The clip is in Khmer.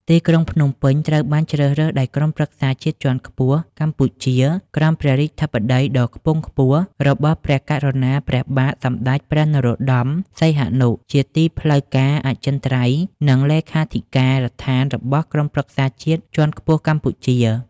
ទីក្រុង ភ្នំពេញត្រូវបានជ្រើសដោយក្រុមប្រឹក្សាជាតិជាន់ខ្ពស់កម្ពុជា ក្រោមព្រះរាជាធិបតីដ៏ខ្ពង់ ខ្ពស់របស់ព្រះករុណាព្រះបាទសម្តេចព្រះនរោត្តម សីហនុ ជាទីផ្លូវការអចិន្ត្រៃយ៍ និងលេខាធិ ការដ្ឋានរបស់ក្រុមប្រឹក្សាជាតិជាន់ខ្ពស់កម្ពុជា។